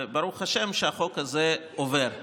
וברוך השם שהחוק הזה עובר.